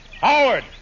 Howard